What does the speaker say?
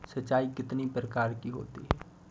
सिंचाई कितनी प्रकार की होती हैं?